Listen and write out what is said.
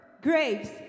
graves